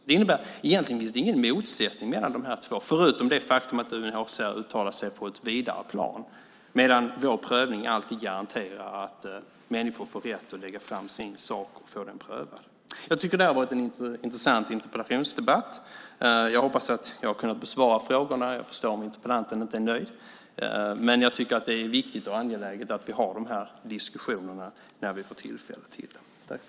Det innebär att det egentligen inte finns någon motsättning mellan de här två, förutom det faktum att UNHCR uttalar sig på ett vidare plan medan vår prövning alltid garanterar att människor får rätt att lägga fram sin sak och få den prövad. Jag tycker att det här har varit en intressant interpellationsdebatt. Jag hoppas att jag har kunnat besvara frågorna. Jag förstår att interpellanten inte är nöjd, men jag tycker att det är viktigt och angeläget att vi för de här diskussionerna när vi får tillfälle till det.